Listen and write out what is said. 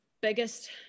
biggest